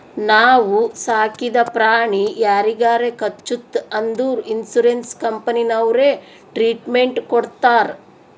ನಾವು ಸಾಕಿದ ಪ್ರಾಣಿ ಯಾರಿಗಾರೆ ಕಚ್ಚುತ್ ಅಂದುರ್ ಇನ್ಸೂರೆನ್ಸ್ ಕಂಪನಿನವ್ರೆ ಟ್ರೀಟ್ಮೆಂಟ್ ಕೊಡ್ತಾರ್